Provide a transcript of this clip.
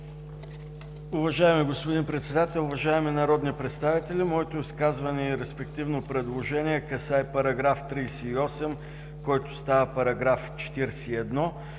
Уважаеми господин Председател, уважаеми народни представители! Моето изказване и респективно предложение касае § 38, който става § 41.